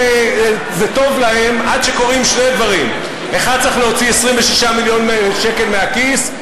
זה טוב להם עד שקורים שני דברים: 1. צריך להוציא 26 מיליון שקלים מהכיס,